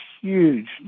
huge